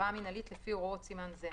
לפי הוראות סימן א',